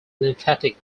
lymphatic